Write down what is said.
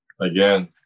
again